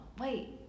wait